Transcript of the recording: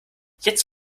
jetzt